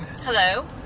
Hello